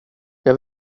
jag